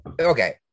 Okay